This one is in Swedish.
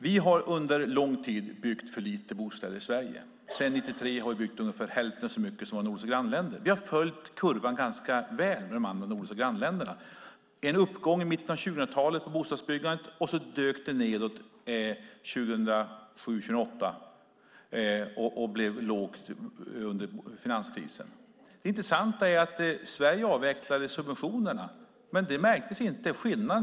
Vi har under lång tid byggt för lite bostäder i Sverige. Sedan 1993 har vi byggt ungefär hälften så mycket som våra nordiska grannländer. Vi har följt kurvan ganska väl med de andra nordiska grannländerna. Det var en uppgång i mitten av 2000-talet på bostadsbyggande, och så dök det nedåt 2007, 2008 och blev lågt under finanskrisen. Det intressanta är att Sverige avvecklade subventionerna. Men det märktes inte.